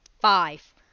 five